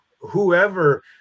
whoever